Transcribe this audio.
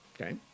Okay